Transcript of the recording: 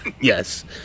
yes